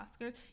Oscars